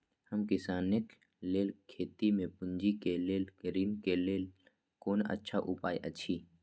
हम किसानके लेल खेती में पुंजी के लेल ऋण के लेल कोन अच्छा उपाय अछि?